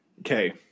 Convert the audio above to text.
Okay